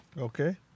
Okay